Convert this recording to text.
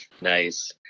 Nice